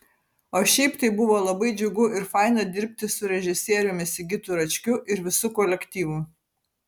o šiaip tai buvo labai džiugu ir faina dirbti su režisieriumi sigitu račkiu ir visu kolektyvu